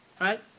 Right